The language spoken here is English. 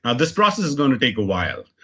ah this process is going to take a while.